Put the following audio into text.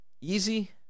easy